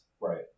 Right